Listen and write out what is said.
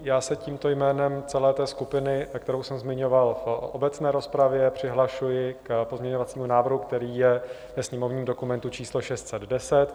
Já se tímto jménem celé té skupiny, kterou jsem zmiňoval v obecné rozpravě, přihlašuji k pozměňovacímu návrhu, který je ve sněmovním dokumentu číslo 610.